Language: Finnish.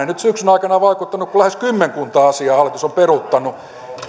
nyt syksyn aikana vaikuttaneet kun lähes kymmenkunta asiaa hallitus on peruuttanut